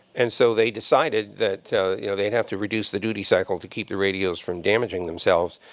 and so they decided that you know they'd have to reduce the duty cycle to keep the radios from damaging themselves.